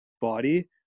body